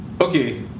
okay